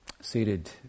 seated